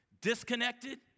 Disconnected